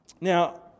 Now